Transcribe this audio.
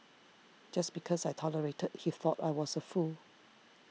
just because I tolerated he thought I was a fool